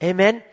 Amen